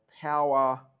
power